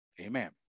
amen